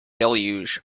deluge